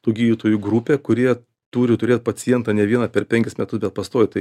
tų gydytojų grupė kurie turi turėt pacientą ne vieną per penkis metus bet pastoviai